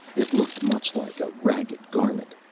it looked much like a ragged garment.